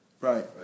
Right